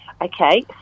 Okay